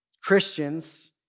Christians